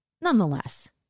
nonetheless